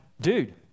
dude